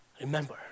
Remember